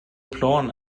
plan